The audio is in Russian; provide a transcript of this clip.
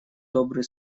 добрые